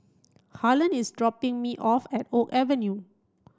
Harlon is dropping me off at Oak Avenue